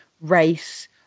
race